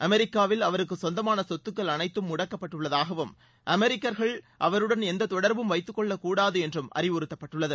அமெரிக்காவில் அவருக்குச் சொந்தமான சொத்துக்கள் அனைத்தும் முடக்கப்பட்டுள்ளதாகவும் அமெரிக்கர்கள் அவருடன் எந்தத் தொடர்பும் வைத்துக்கொள்ளக் கூடாது என்றும் அறிவுறுத்தப்பட்டுள்ளது